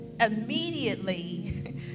immediately